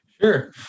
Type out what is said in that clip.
Sure